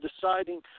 deciding